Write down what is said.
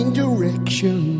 direction